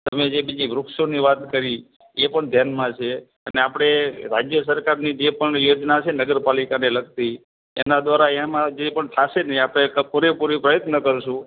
તમે જે બીજી વૃક્ષોની વાત કરી એ પણ ધ્યાનમાં છે અને આપણે રાજ્ય સરકારની જે પણ યોજના છે નગર પાલિકાને લગતી એના દ્વારા એમાં જે પણ થશે ને એ આપણે પૂરેપૂરો પ્રયત્ન કરીશું